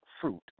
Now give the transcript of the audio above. fruit